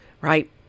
right